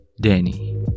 Danny